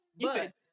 but-